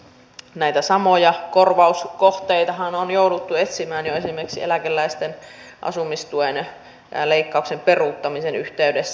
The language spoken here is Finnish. näitä samoja korvauskohteitahan on jouduttu etsimään jo esimerkiksi eläkeläisten asumistuen leikkauksen peruuttamisen yhteydessä